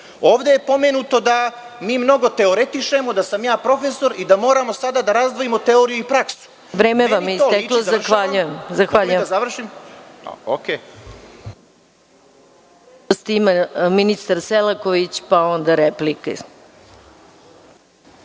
Ovde je pomenuto da mi mnogo teoretišemo, da sam ja profesor i da moramo sada da razdvojimo teoriju i praksu. **Maja Gojković** Vreme vam je isteklo. Zahvaljujem. Reč ima ministar Selaković, pa onda replike.